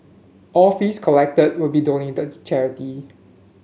all fees collected will be donated to charity